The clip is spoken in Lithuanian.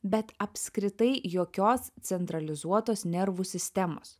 bet apskritai jokios centralizuotos nervų sistemos